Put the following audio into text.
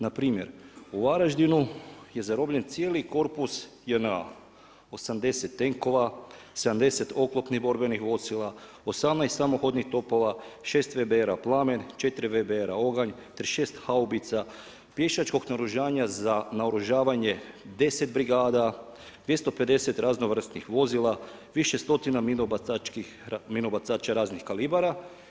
Na primjer u Varaždinu je zarobljen cijeli korpus JNA – 80 tenkova, 70 oklopnih borbenih vozila, 18 samohodnih topova, 6 VBR-a Plamen, 4 VBR-a Oganj, 36 haubica, pješačkog naoružanja za naoružavanje 10 brigada, 250 raznovrsnih vozila, više stotina minobacača raznih kalibara.